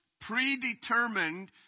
predetermined